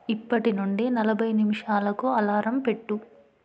ఇప్పటి నుండి నలభై నిమిషాలకు అలారం పెట్టు